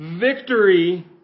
Victory